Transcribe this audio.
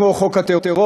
כמו חוק הטרור,